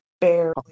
Barely